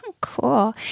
Cool